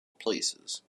places